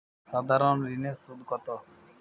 সাধারণ ঋণের সুদ কত?